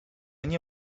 nie